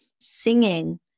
singing